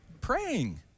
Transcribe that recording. praying